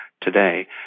today